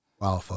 Wow